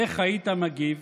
איך היית מגיב